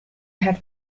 had